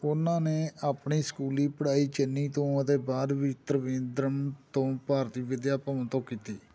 ਉਨ੍ਹਾਂ ਨੇ ਆਪਣੀ ਸਕੂਲੀ ਪੜ੍ਹਾਈ ਚੇਨਈ ਤੋਂ ਅਤੇ ਬਾਅਦ ਵਿੱਚ ਤ੍ਰਿਵੇਂਦਰਮ ਤੋਂ ਭਾਰਤੀ ਵਿਦਿਆ ਭਵਨ ਤੋਂ ਕੀਤੀ